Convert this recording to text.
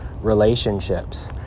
relationships